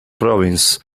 province